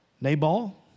Nabal